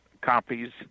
copies